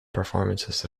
performances